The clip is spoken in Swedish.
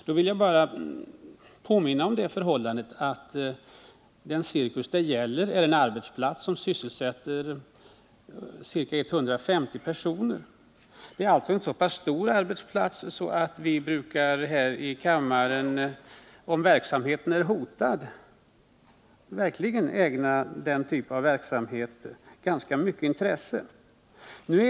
Jag vill då påminna om det förhållandet att den cirkus det gäller är en arbetsplats, som sysselsätter ca 150 personer. Om verksamheten på en så pass stor arbetsplats är hotad, brukar vi här i kammaren verkligen ägna problemet ett ganska omfattande intresse.